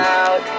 out